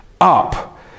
up